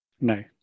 No